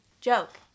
joke